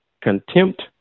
contempt